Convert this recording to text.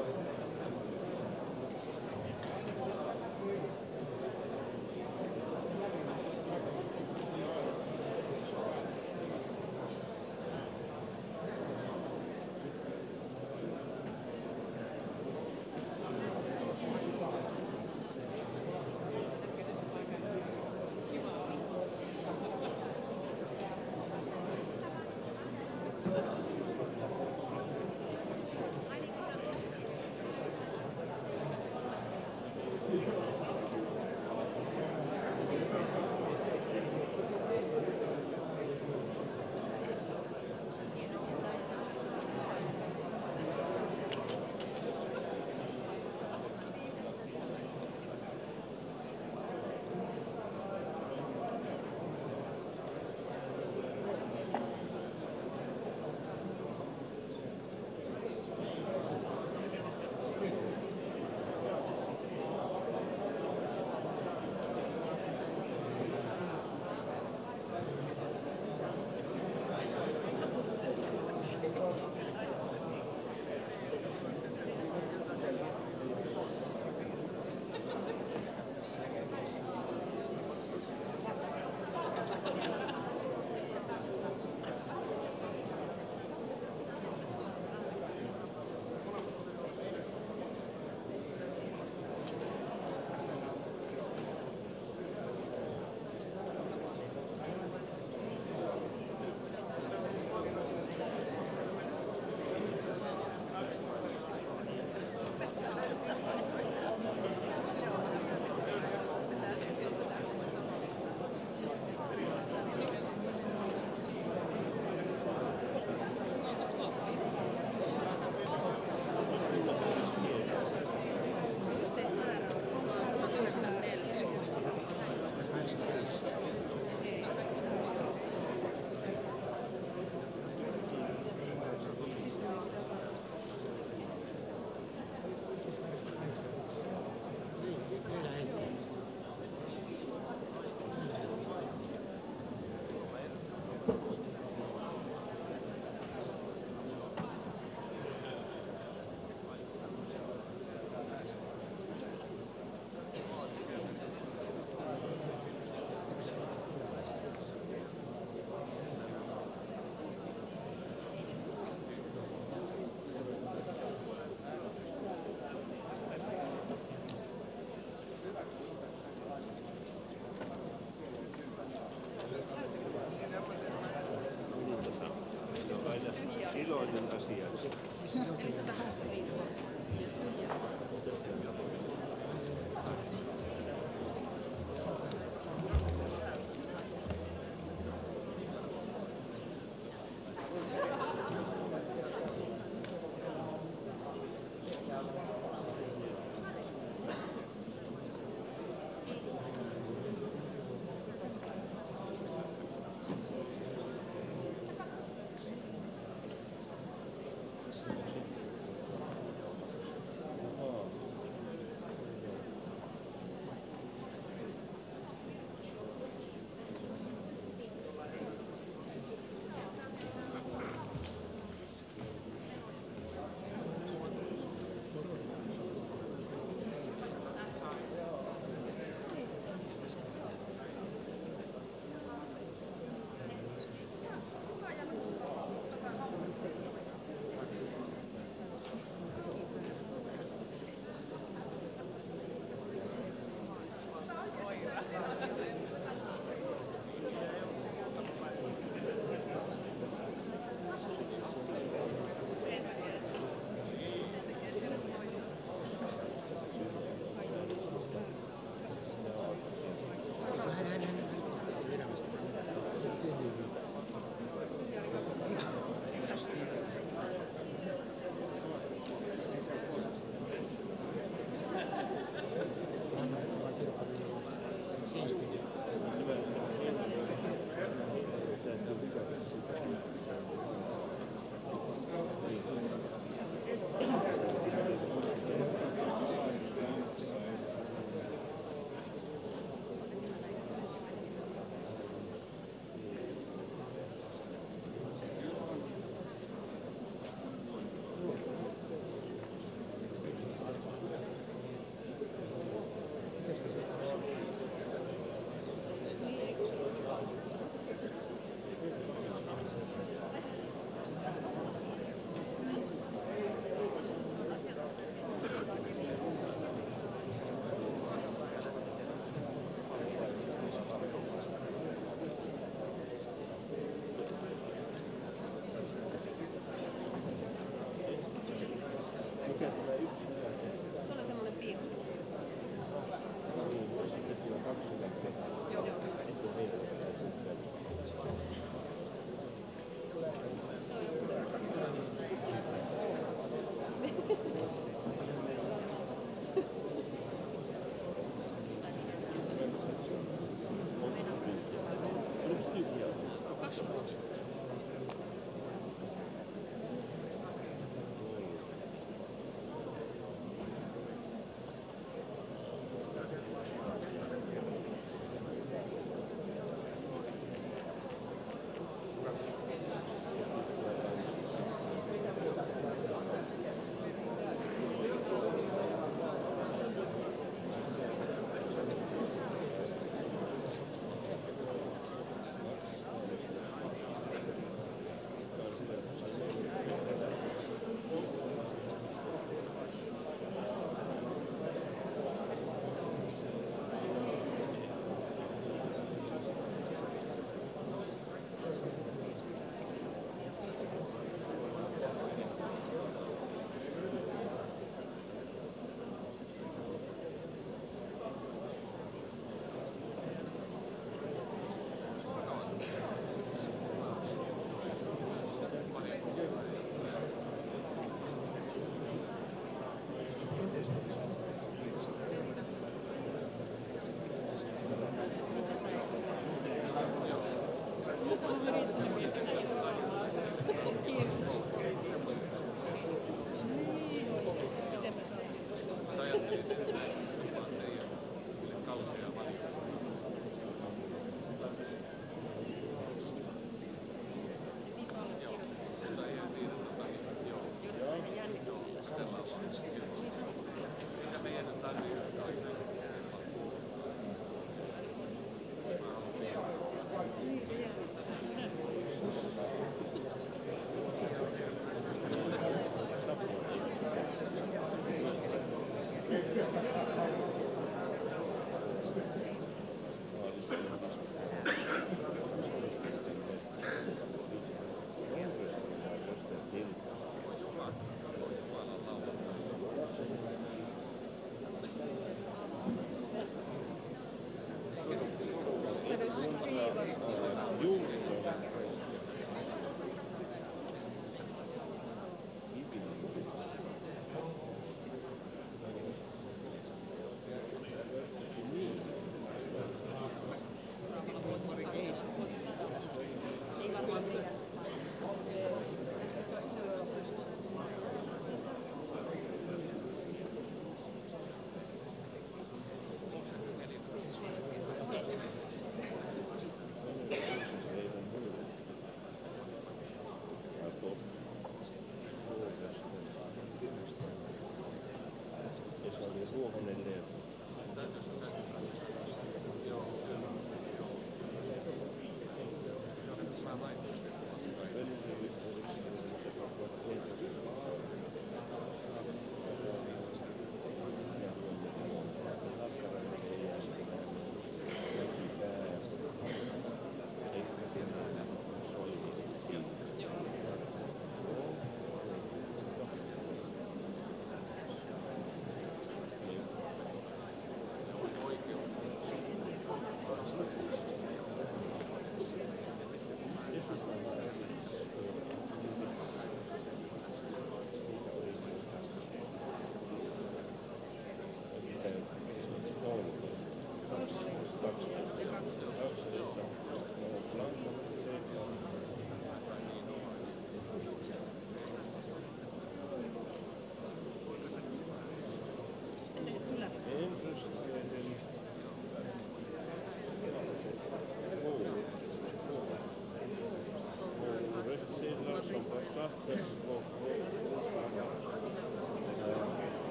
kalmari